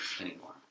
anymore